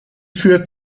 führt